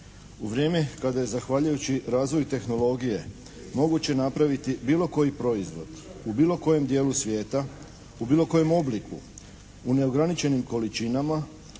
U vrijeme kada je zahvaljujući razvoju tehnologije moguće napraviti bilo koji proizvod, u bilo kojem dijelu svijeta, u bilo kojem obliku, u neograničenim količinama,